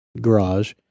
garage